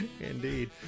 Indeed